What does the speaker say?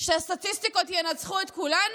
שהסטטיסטיקות ינצחו את כולנו?